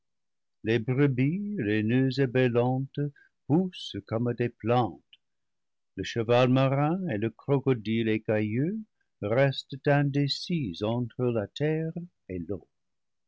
les brebis laineuses et bêlantes poussent comme des plantes le cheval marin et le crocodile écailleux restent indécis entre la terre et l'eau